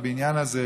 בבניין הזה,